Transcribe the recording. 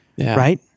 right